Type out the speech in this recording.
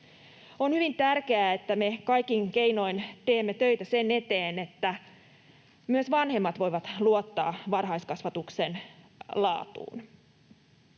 On hyvin tärkeää, että me kaikin keinoin teemme töitä sen eteen, että myös vanhemmat voivat luottaa varhaiskasvatuksen laatuun.